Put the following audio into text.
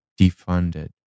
defunded